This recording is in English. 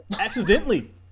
Accidentally